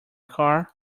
car